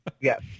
Yes